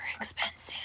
expensive